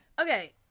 okay